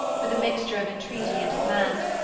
with a mixture of entreaty and command,